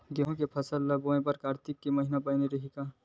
गेहूं के फसल ल बोय बर कातिक महिना बने रहि का?